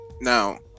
Now